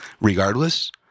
regardless